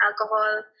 alcohol